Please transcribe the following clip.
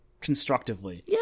constructively